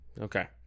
Okay